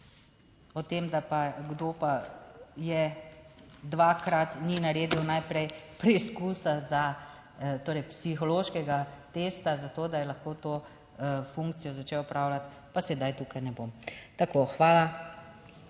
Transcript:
O tem da pa, kdo pa je dvakrat, ni naredil najprej preizkusa za, torej psihološkega testa za to, da je lahko to funkcijo začel opravljati, pa sedaj tukaj ne bob. Tako. Hvala.